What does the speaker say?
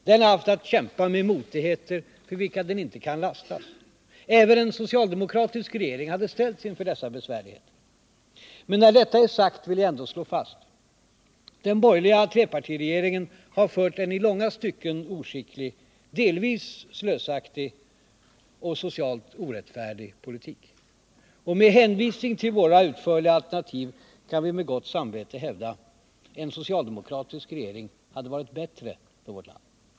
Den har haft att kämpa med motigheter för vilka den inte kan lastas. Även en socialdemokratisk regering hade ställts inför dessa besvärligheter. Men när detta är sagt vill jag ändå slå fast: Den borgerliga trepartiregeringen har fört en i långa stycken oskicklig, delvis slösaktig och socialt orättfärdig politik. Med hänvisning till våra utförliga alternativ kan vi med gott samvete hävda: En socialdemokratisk regering hade varit bättre för vårt land.